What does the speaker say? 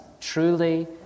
truly